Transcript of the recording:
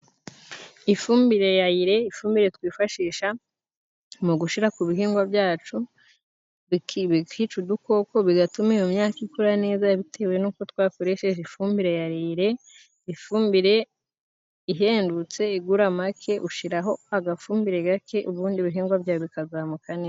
Ifumbire ya yire，ifumbire twifashisha mu gushira ku bihingwa byacu，bikica udukoko，bigatuma iyo myaka ikura neza bitewe n'uko twakoresheje ifumbire ya yire， ifumbire ihendutse， igura make， ushiraho agafumbire gake， ubundi ibihingwa byawe bikazamuka neza.